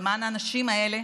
למען האנשים האלה,